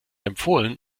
empfohlen